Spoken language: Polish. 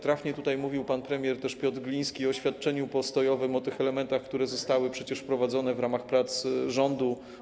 Trafnie tutaj mówił pan premier Piotr Gliński o świadczeniu postojowym, o tych elementach, które zostały przecież wprowadzone w ramach prac rządu.